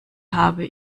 habe